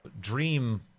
Dream